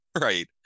Right